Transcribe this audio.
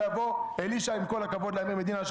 שיבוא אלישע לאמיר מדינה,